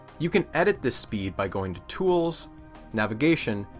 you can edit this speed by going to tools navigation,